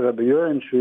ir abejojančių